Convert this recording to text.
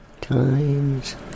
times